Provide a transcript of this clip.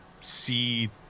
see